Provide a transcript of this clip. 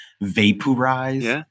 Vaporize